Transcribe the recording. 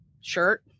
shirt